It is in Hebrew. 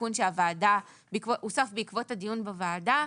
תיקון שהוסף בעקבות הדיון הוועדה,